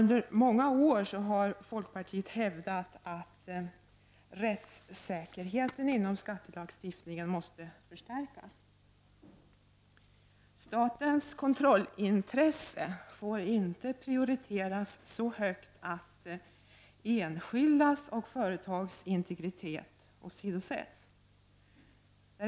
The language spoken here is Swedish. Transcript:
Under många år har folkpartiet hävdat att rättssäkerheten inom skattelagstiftningen måste förstärkas. Statens kontrollintresse får inte prioriteras så högt att enskildas och företags integritet åsidosätts.